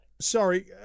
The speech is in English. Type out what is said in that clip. Sorry